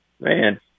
man